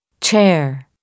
chair